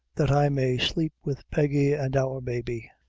that i may sleep with peggy and our baby.